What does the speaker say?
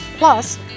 Plus